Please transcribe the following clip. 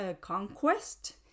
conquest